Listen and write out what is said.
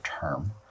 term